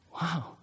Wow